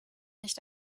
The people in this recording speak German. nicht